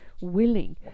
willing